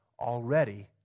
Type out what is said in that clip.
already